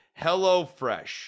HelloFresh